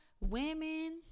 women